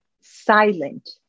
silent